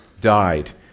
died